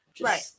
right